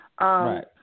Right